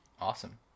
Awesome